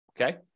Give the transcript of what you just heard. Okay